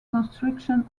construction